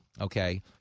Okay